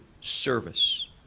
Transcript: service